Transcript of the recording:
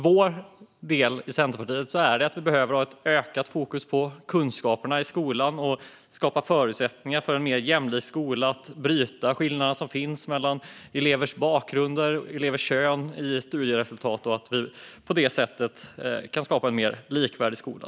Vi i Centerpartiet menar att vi behöver ha ett ökat fokus på kunskaperna i skolan och skapa förutsättningar för en mer jämlik skola. Det handlar om att bryta de skillnader som finns mellan elevers bakgrund och kön i studieresultat och att vi på det sättet kan skapa en mer likvärdig skola.